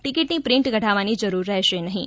ટિકિટની પ્રિન્ટ કઢાવવાની જરૂર રહેશે નહિં